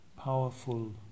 Powerful